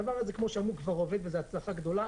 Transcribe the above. הדבר הזה, כמו שאמרו כבר, עובד וזו הצלחה גדולה.